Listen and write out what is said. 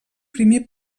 primer